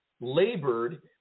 labored